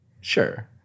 Sure